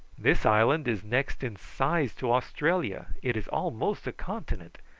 this island is next in size to australia. it is almost a continent,